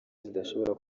zidashobora